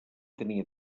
tenia